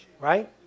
Right